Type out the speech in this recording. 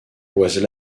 was